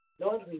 Lord